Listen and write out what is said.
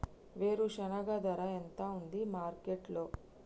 వేరుశెనగ ధర ఎంత ఉంది మార్కెట్ లో?